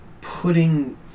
putting